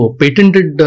patented